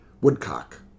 Woodcock